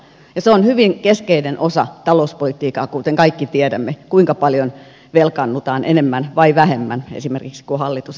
ja se on hyvin keskeinen osa talouspolitiikkaa kuten kaikki tiedämme kuinka paljon velkaannutaan enemmän vai vähemmän kuten esimerkiksi hallitus esittää